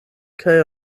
kaj